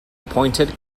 appointed